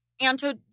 Anto